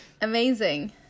Amazing